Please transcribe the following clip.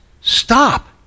stop